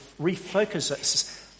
refocuses